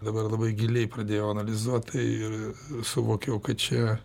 dabar labai giliai pradėjau analizuot tai ir suvokiau kad čia